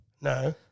No